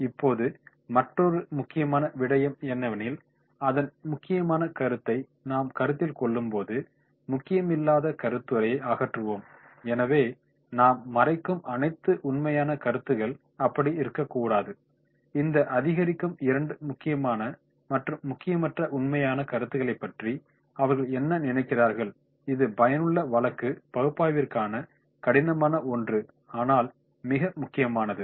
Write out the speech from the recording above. இப்போது மற்றொரு முக்கியமான விடயம் என்னவெனில் அதன் முக்கியமான கருத்தையை நாம் கருத்தில் கொள்ளும்போது முக்கியமில்லாத கருத்துளை அகற்றுவோம் எனவே நாம் மறைக்கும் அனைத்து உண்மையான கருத்துகள் அப்படி இருக்கக்கூடாது இந்த அதிகரிக்கும் இரண்டு முக்கியமான மற்றும் முக்கியமற்ற உண்மையான கருத்துகளைப் பற்றி அவர்கள் என்ன நினைக்கிறார்கள் இது பயனுள்ள வழக்கு பகுப்பாய்விற்கான கடினமான ஒன்று ஆனால் மிக முக்கியமானது